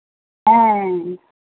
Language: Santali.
ᱦᱮᱸ